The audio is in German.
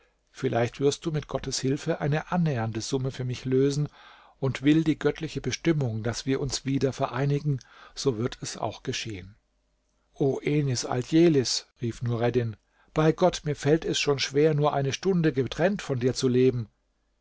vielleicht wirst du mit gottes hilfe eine annähernde summe für mich lösen und will die göttliche bestimmung daß wir uns wieder vereinigen so wird es auch geschehen o enis aldjelis rief nureddin bei gott mir fällt es schon schwer nur eine stunde getrennt von dir zu leben